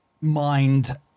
mind